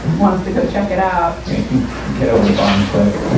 want us to go check it out hey get over to bonnie quick